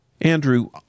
Andrew